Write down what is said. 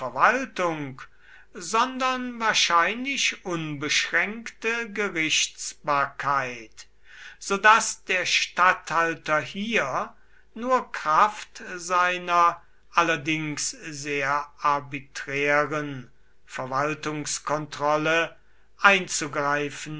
sondern wahrscheinlich unbeschränkte gerichtsbarkeit so daß der statthalter hier nur kraft seiner allerdings sehr arbiträren verwaltungskontrolle einzugreifen